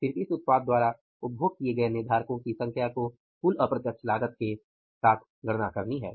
सिर्फ इस उत्पाद द्वारा उपभोग किए गए निर्धारको की संख्या को कुल अप्रत्यक्ष लागत के साथ गणना करनी है